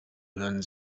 hören